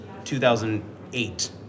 2008